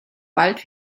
bald